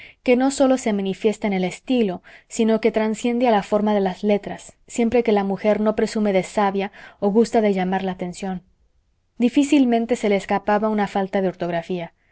que no sólo se manifiesta en el estilo sino que trasciende a la forma de las letras siempre que la mujer no presume de sabia o gusta de llamar la atención difícilmente se le escapaba una falta de ortografía